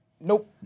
Nope